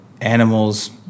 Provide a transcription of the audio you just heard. animals